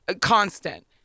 constant